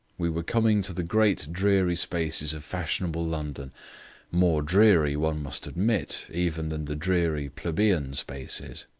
we were coming to the great dreary spaces of fashionable london more dreary, one must admit, even than the dreary plebeian spaces.